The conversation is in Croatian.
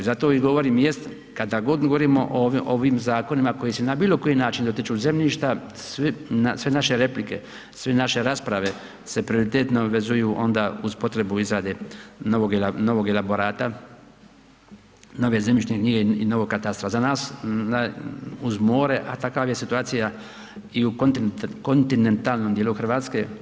Zato i govorim jest, kada god govorimo o ovim zakonima koji se na bilo koji način dotiču zemljišta, sve naše replike, sve naše rasprave se prioritetno vezuju onda uz potrebu izrade novog elaborata, nove zemljišne knjige i novog katastra za nas uz more, a takva je situacija i u kontinentalnom dijelu Hrvatske.